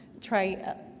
try